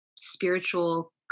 spiritual